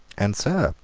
and, sir,